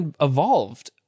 evolved